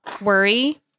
Worry